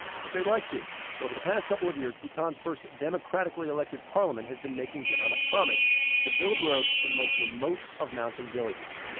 but they'd like to so over the past couple of years, bhutan's first democratically elected parliament has been making good on a promise to build roads to the most remote of mountain villages.